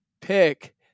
pick